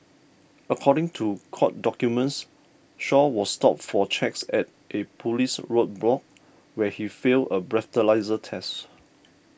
according to court documents Shaw was stopped for checks at a police roadblock where he failed a breathalyser test